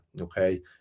okay